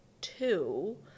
two